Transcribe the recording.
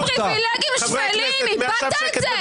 לקרוא ללוחמים פריווילגים שפלים, איבדת את זה.